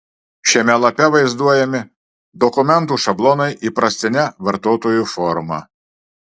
šiame lape vaizduojami dokumentų šablonai įprastine vartotojui forma